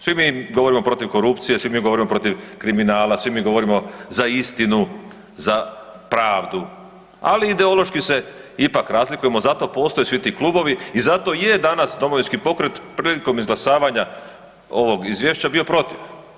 Svi mi govorimo protiv korupcije, svi mi govorimo protiv kriminala, svi mi govorimo za istinu, za pravdu, ali ideološki se ipak razlikujemo, zato postoje svi ti Klubovi i zato je danas Domovinski pokret prilikom izglasavanja ovog Izvješća bio protiv.